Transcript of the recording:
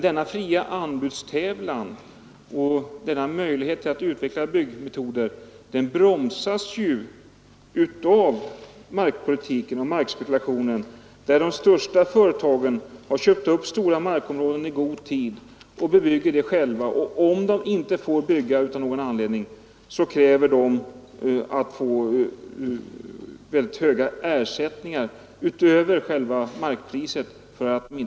Denna fria anbudstävlan och denna möjlighet att utveckla byggmetoder bromsas av markpolitiken och markspekulationen, där de största företagen har köpt upp stora markområden i god tid och bebygger dem själva. Om de av någon anledning inte får bygga, kräver de att få mycket höga ersättningar utöver själva markpriset.